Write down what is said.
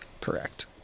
correct